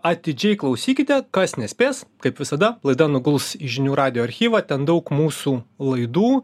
atidžiai klausykite kas nespės kaip visada laida nuguls į žinių radijo archyvą ten daug mūsų laidų